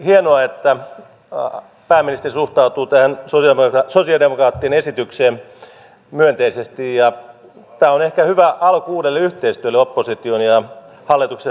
hienoa että pääministeri suhtautuu tähän sosialidemokraattien esitykseen myönteisesti ja tämä on ehkä hyvä alku uudelle yhteistyölle opposition ja hallituksen välillä